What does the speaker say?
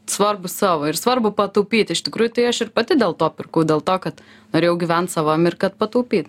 svarbu savo ir svarbu pataupyt iš tikrųjų tai aš ir pati dėl to pirkau dėl to kad norėjau gyvent savam ir kad pataupyt